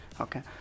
Okay